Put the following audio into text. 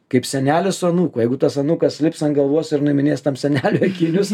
kaip senelis su anūku jeigu tas anūkas lips ant galvos ir nuiminės tam seneliui akinius